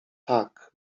tak